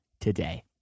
today